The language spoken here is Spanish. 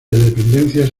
dependencias